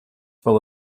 full